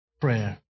prayer